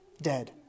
Dead